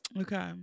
Okay